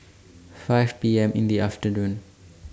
five P M in The afternoon